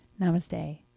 Namaste